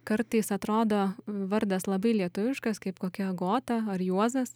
kartais atrodo vardas labai lietuviškas kaip kokia agota ar juozas